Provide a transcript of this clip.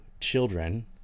children